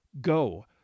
Go